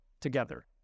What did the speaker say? together